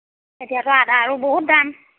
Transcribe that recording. এতিয়াটো আদাৰো বহুত দাম